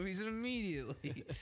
immediately